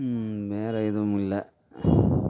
வேறு எதுவும் இல்லை